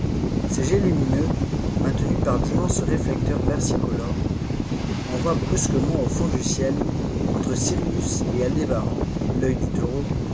ces jets lumineux maintenus par d'immenses réflecteurs versicolores envoient brusquement au fond du ciel entre sirius et aldébaran l'œil du taureau